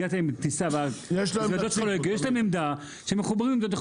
יש להן עמדה אליה הן מחוברות.